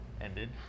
ended